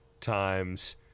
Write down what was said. times